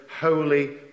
holy